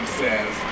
says